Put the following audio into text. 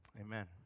Amen